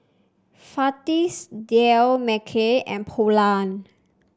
Fajitas Dal Makhani and Pulao